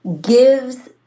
gives